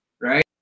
right